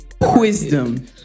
Wisdom